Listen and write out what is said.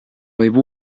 võib